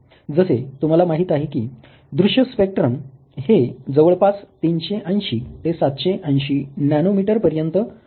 जसे तुम्हाला माहित आहे की दृश्य स्पेक्ट्रम हे जवळपास 380 ते 780 नॅनोमिटर पर्यंत वाढू शकते